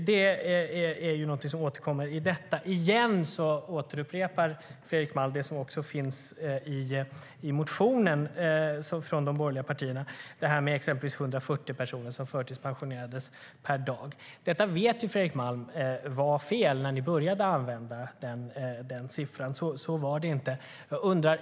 Det återkommer i anförandet. Fredrik Malm upprepar återigen det som också står i motionen från de borgerliga partierna, att 140 personer förtidspensionerades per dag. Fredrik Malm vet att den siffran var fel redan när den började användas.